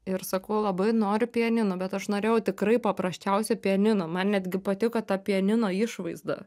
ir sakau labai noriu pianino bet aš norėjau tikrai paprasčiausio pianino man netgi patiko ta pianino išvaizda